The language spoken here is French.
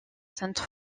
sainte